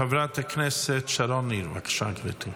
חברת הכנסת שרון ניר, בבקשה, גברתי.